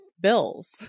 bills